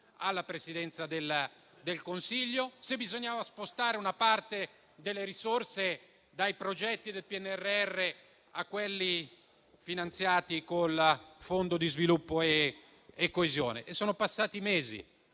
alla Presidenza del Consiglio, se bisognasse spostare una parte delle risorse dai progetti del PNRR a quelli finanziati con il Fondo per lo sviluppo e la coesione. Così sono passati mesi.